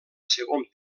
segon